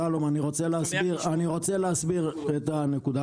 אם אפשר: אני רוצה לתת גילוי נאות; בכל פעם אני סותם,